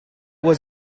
was